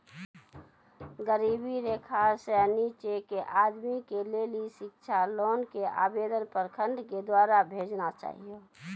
गरीबी रेखा से नीचे के आदमी के लेली शिक्षा लोन के आवेदन प्रखंड के द्वारा भेजना चाहियौ?